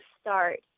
start